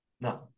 no